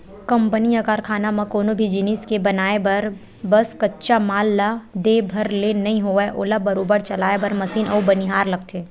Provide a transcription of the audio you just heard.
company या कारखाना म कोनो भी जिनिस के बनाय बर बस कच्चा माल ला दे भर ले नइ होवय ओला बरोबर चलाय बर मसीन अउ बनिहार लगथे